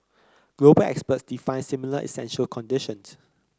global experts define similar essential conditions